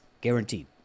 guaranteed